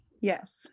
yes